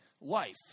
life